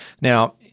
Now